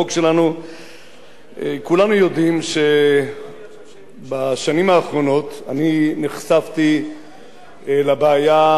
כולנו יודעים שבשנים האחרונות נחשפתי לבעיה שנקראת המסתננים,